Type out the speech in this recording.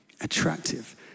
attractive